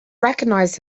recognize